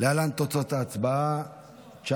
שנתית (תיקון,